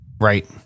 Right